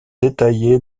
détaillé